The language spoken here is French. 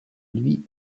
lui